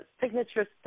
signature